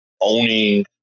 owning